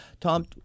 Tom